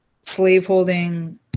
slaveholding